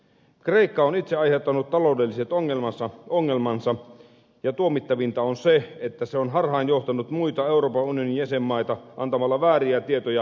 kreikka on itse aiheuttanut taloudelliset ongelmansa ja tuomittavinta on se että se on johtanut harhaan muita euroopan unionin jäsenmaita antamalla vääriä tietoja taloutensa tilasta